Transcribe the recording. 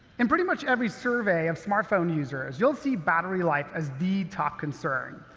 in pretty much every survey of smartphone users, you'll see battery life as the top concern.